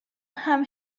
همه